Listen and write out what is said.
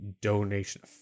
donation